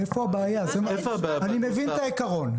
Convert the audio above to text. אני מבין את העיקרון.